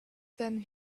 than